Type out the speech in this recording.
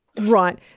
Right